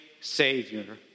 Savior